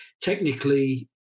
technically